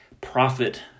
profit